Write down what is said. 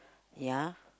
ya